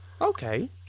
Okay